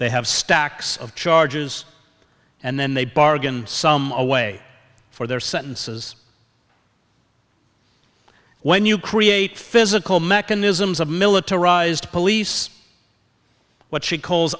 they have stacks of charges and then they bargain some away for their sentences when you create physical mechanisms of militarized police what she calls